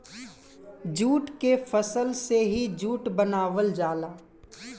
jute के फसल से ही जूट बनावल जाला